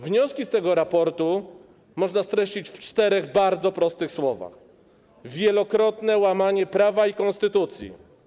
Wnioski z tego raportu można streścić w czterech bardzo prostych słowach: wielokrotne łamanie prawa i konstytucji.